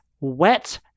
Wet